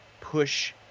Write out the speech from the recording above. push